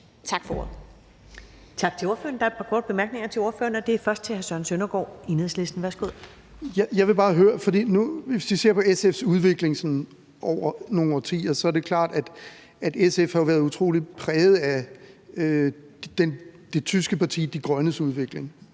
Tak for ordet.